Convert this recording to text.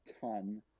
ton